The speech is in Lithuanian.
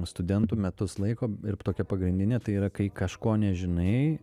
studentu metus laiko ir tokia pagrindinė tai yra kai kažko nežinai